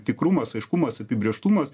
tikrumas aiškumas apibrėžtumas